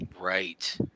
Right